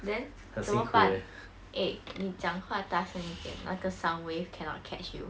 then 怎么办 eh 你讲话大声一点那个 sound wave cannot catch you